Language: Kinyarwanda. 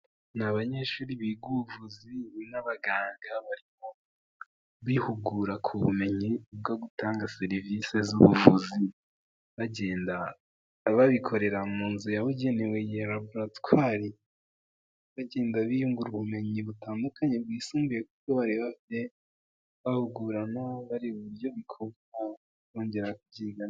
Ni abanyeshuri biga ubuvuzi bihugura ku bumenyi bwo gutanga serivisi z'ubuvuzi bagenda ababikorera muzu yabugenewe ya rabaratwari bagenda biyungura ubumenyi butandukanye bwisumbuye kuko bahugurana bari uburyo bwo kongera kubyigana.